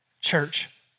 church